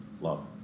love